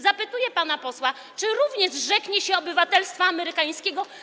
Zapytuję pana posła: Czy również zrzeknie się obywatelstwa amerykańskiego.